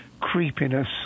creepiness